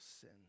sin